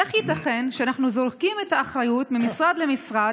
איך ייתכן שאנחנו זורקים את האחריות ממשרד למשרד?